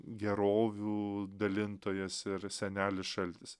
gerovių dalintojas ir senelis šaltis